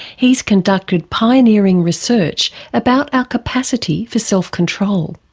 he's conducted pioneering research about our capacity for self-control.